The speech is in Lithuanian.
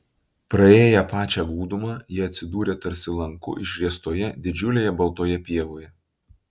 praėję pačią gūdumą jie atsidūrė tarsi lanku išriestoje didžiulėje baltoje pievoje